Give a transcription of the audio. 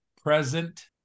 present